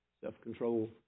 self-control